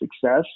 success